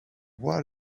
what